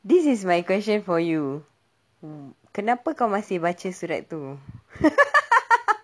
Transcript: this is my question for you kenapa kau masih baca surat tu